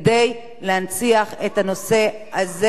כדי להנציח את הנושא הזה.